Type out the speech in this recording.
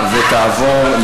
התשע"ה 2015,